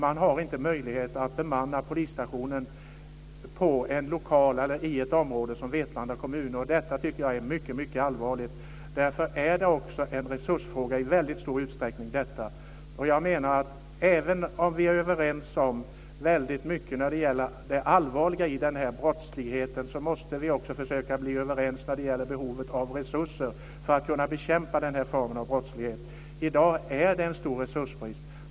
Man har inte möjlighet att bemanna polisstationen i ett område som Vetlanda kommun, och det tycker jag är mycket, mycket allvarligt. Därför är detta också en resursfråga i väldigt stor utsträckning. Jag menar att även om vi är överens om väldigt mycket när det gäller det allvarliga i den här brottsligheten, måste vi också försöka bli överens när det gäller behovet av resurser för att kunna bekämpa den formen av brottslighet. I dag är det en stor resursbrist.